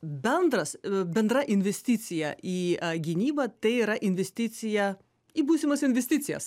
bendras bendra investicija į gynybą tai yra investicija į būsimas investicijas